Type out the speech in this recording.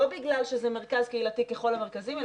לא בגלל שזה מרכז קהילתי ככל המרכזים,